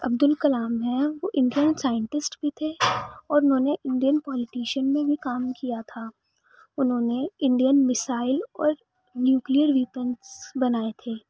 عبد الکلام ہیں وہ Indian scientist بھی تھے اور انہوں نے انڈین پولیٹیشین میں بھی کام کیا تھا انہوں نے انڈین میسائل اور نیوکلیر ویپنس بنائے تھے